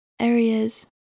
areas